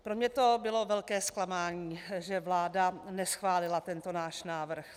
Pro mne to bylo velké zklamání, že vláda neschválila tento náš návrh.